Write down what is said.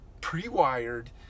pre-wired